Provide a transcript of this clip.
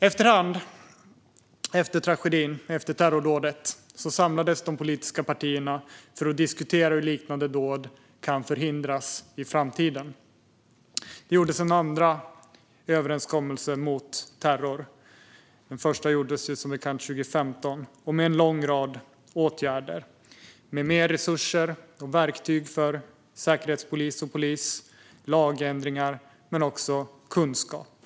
Efter hand efter terrordådet samlades de politiska partierna för att diskutera hur liknande dåd kunde förhindras i framtiden. En andra överenskommelse mot terror gjordes - den första gjordes som bekant 2015 - med en lång rad åtgärder. Det handlade om resurser och verktyg för säkerhetspolis och polis samt lagändringar men också om kunskap.